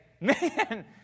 man